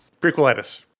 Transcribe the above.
Prequelitis